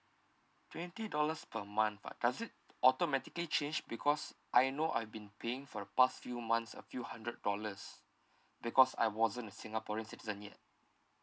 twenty dollars per month but does it automatically changed because I know I've been paying for the past few months a few hundred dollars because I wasn't a singaporean citizen yet